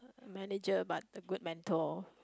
manager but a good mentor